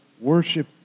worship